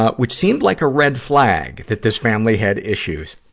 ah which seemed like a red-flag that this family had issues.